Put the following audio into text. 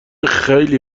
خیلی